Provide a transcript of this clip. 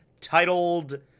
titled